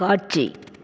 காட்சி